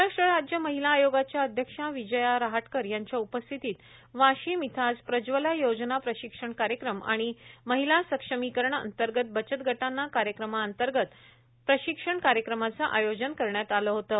महाराष्ट्र राज्य महिला आयोगाच्या अध्यक्ष विजया रहाटकर यांच्या उपस्थितीत वाशिम वाशिम इथं आज प्रज्ज्वला योजना प्रशिक्षण कार्यक्रम आणि महिला सक्षमीकरण अंतर्गत बचत गटांना कार्यक्रमांतर्गत बचत गटांना प्रशिक्षण कार्यक्रमाचे आयोजन करण्यात आलं होतं